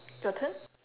your turn